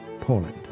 Poland